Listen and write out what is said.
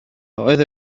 oedd